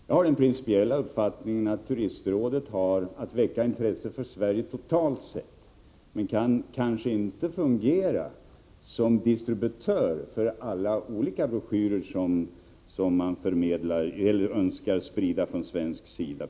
Jag har den principiella uppfattningen att turistrådet har att väcka intresse för Sverige totalt sett, men kanske inte kan fungera som distributör av alla olika broschyrer som man önskar sprida från svensk sida.